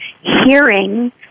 hearing